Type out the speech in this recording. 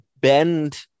bend